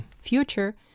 future